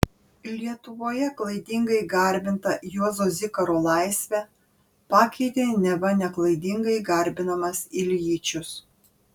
lietuvoje klaidingai garbintą juozo zikaro laisvę pakeitė neva neklaidingai garbinamas iljičius